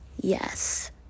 Yes